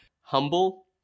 humble